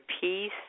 peace